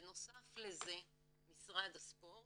בנוסף לזה משרד הספורט